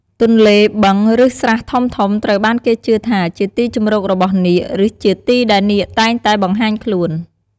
ទន្លេ បឹង ឬស្រះធំៗ ត្រូវបានគេជឿថាជាទីជម្រករបស់នាគ ឬជាទីដែលនាគតែងតែបង្ហាញខ្លួន។